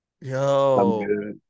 Yo